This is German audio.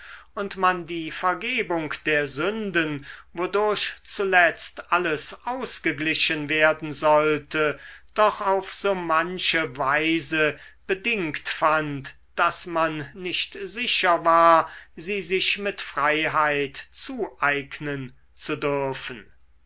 und man die vergebung der sünden wodurch zuletzt alles ausgeglichen werden sollte doch auf so manche weise bedingt fand daß man nicht sicher war sie sich mit freiheit zueignen zu dürfen